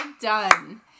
done